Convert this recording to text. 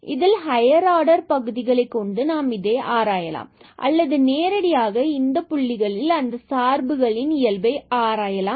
இதில் higher order பகுதிகள் கொண்டு நாம் இதை ஆராயலாம் அல்லது நேரடியாக இந்த புள்ளிகளில் அந்த சார்புகளின் இயல்பை ஆராயலாம்